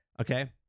Okay